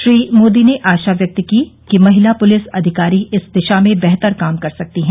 श्री मोदी ने आशा व्यक्त की कि महिला पुलिस अधिकारी इस दिशा में बेहतर काम कर सकती हैं